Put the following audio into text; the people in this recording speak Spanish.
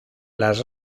las